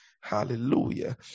Hallelujah